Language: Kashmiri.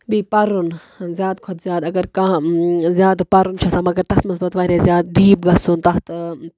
بیٚیہِ پَرُن زیادٕ کھۄتہٕ زیادٕ اَگر کانٛہہ زیادٕ پَرُن چھُ آسان مگر تَتھ منٛز پَتہٕ واریاہ زیادٕ ڈیٖپ گژھُن تَتھ